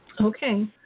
Okay